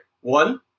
One